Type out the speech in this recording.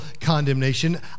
condemnation